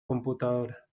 computadora